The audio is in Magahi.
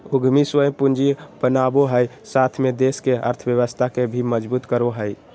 उद्यमी स्वयं पूंजी बनावो हइ साथ में देश के अर्थव्यवस्था के भी मजबूत करो हइ